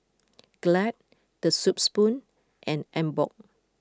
Glad The Soup Spoon and Emborg